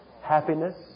happiness